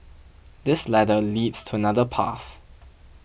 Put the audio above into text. this ladder leads to another path